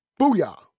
Booyah